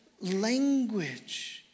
language